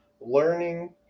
learning